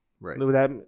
right